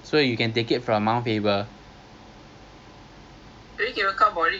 ya so we can buy that one so at the same time we can bring over loaf of bread untuk makan sandwich ke apa